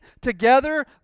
together